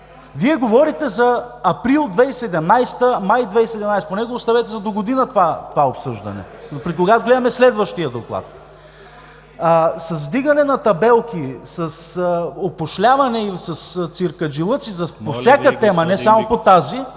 Вие говорите за април 2017 г., май 2017 г. – поне го оставете за догодина това обсъждане, когато гледаме следващия доклад. С вдигане на табелки, с опошляване и с циркаджилъци по всяка тема, не само по тази…